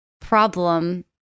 problem